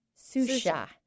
susha